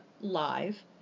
live